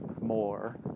more